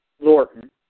Lorton